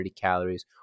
calories